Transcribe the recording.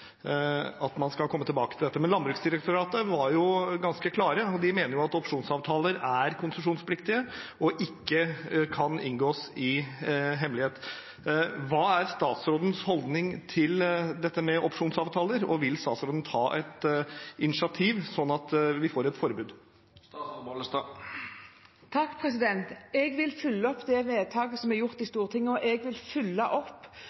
at man skal komme tilbake til dette. Men Landbruksdirektoratet var ganske klar. De mener at opsjonsavtaler er konsesjonspliktige og ikke kan inngås i hemmelighet. Hva er statsrådens holdning til opsjonsavtaler, og vil statsråden ta et initiativ, sånn at vi får et forbud? Jeg vil følge opp det vedtaket som er gjort i Stortinget, og jeg vil følge opp